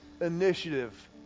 initiative